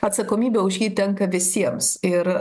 atsakomybė už jį tenka visiems ir